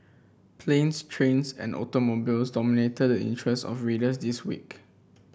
planes trains and automobiles dominated the interests of readers this week